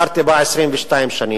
גרתי בה 22 שנים,